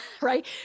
right